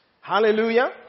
Hallelujah